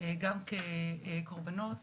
גם כקורבנות